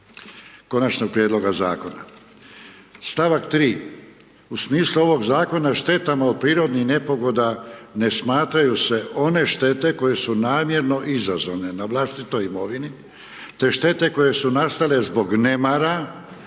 Konačnog prijedloga zakona.